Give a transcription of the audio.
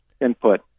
input